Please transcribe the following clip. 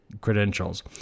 credentials